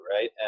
right